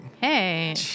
Hey